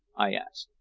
i asked.